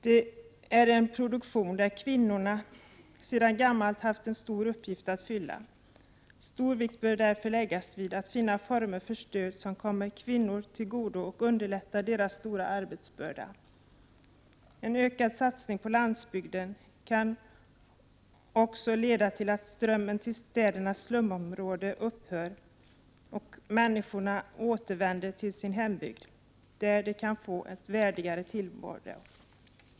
Detta är en produktion där kvinnorna sedan gammalt haft en stor uppgift att fylla. Stor vikt bör därför läggas vid att finna former för stöd som kommer kvinnorna till godo och underlättar deras stora arbetsbörda. En ökad satsning på landsbygden kan också leda till att strömmen till städernas slumområden upphör och att människorna återvänder till sin hembygd, där de kan få en värdigare tillvaro.